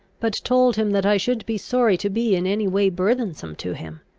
but told him that i should be sorry to be in any way burthensome to him.